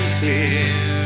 fear